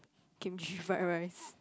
kimchi fried rice